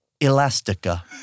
Elastica